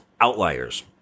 outliers